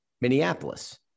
Minneapolis